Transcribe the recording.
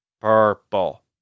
purple